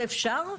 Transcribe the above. את זה אפשר?